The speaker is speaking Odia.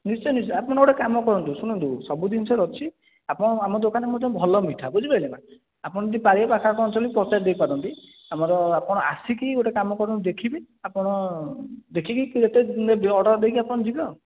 ନିଶ୍ଚୟ ନିଶ୍ଚୟ ଆପଣ ଗୋଟେ କାମ କରନ୍ତୁ ଶୁଣନ୍ତୁ ସବୁ ଜିନିଷ ଅଛି ଆପଣ ଆମ ଦୋକାନ ମଧ୍ୟ ଭଲ ମିଠା ବୁଝିପାରିଲେନା ଆପଣ ଯଦି ପାରିବେ ପାଖାପାଖି ଅଞ୍ଚଳରେ ପଚାରି ଦେଇପାରନ୍ତି ଆମର ଆପଣ ଆସିକି ଗୋଟେ କାମ କରନ୍ତୁ ଦେଖିବେ ଆପଣ ଦେଖିକି ଯେତେ ନେବେ ଅର୍ଡ଼ର ଦେଇକି ଆପଣ ଯିବେ ଆଉ